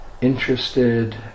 interested